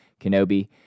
Kenobi